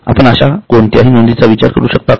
आपण अशा कोणत्याही नोंदीचा विचार करू शकता का